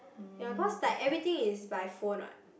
ya cause like everything is by phone what